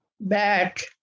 back